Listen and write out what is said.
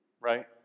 right